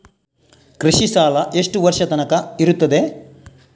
ಕೃಷಿ ಸಾಲ ಎಷ್ಟು ವರ್ಷ ತನಕ ಇರುತ್ತದೆ?